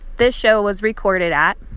this show was recorded at.